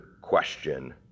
question